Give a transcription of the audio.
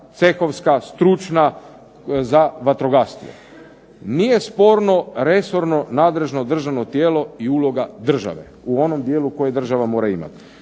stručna za vatrogastvo. Nije sporno resorno nadležno tijelo i uloga države u onom dijelu kojeg država mora imati.